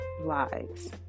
lives